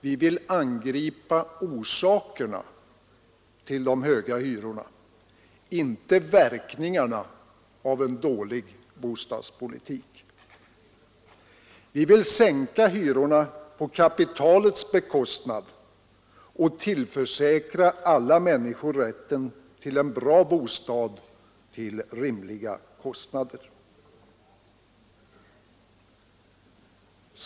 Vi vill angripa orsakerna till de höga hyrorna, inte verkningarna av en dålig bostadspolitik. Vi vill sänka hyrorna på kapitalets bekostnad och tillförsäkra alla människor rätten till en bra bostad till rimliga kostnader.